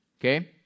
Okay